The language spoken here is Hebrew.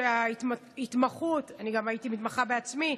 הייתי גם מתמחה בעצמי.